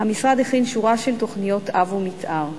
המשרד הכין שורה של תוכניות-אב ותוכניות מיתאר,